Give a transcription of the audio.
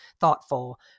thoughtful